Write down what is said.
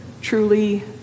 truly